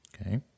Okay